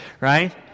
Right